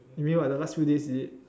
you mean what the last few days is it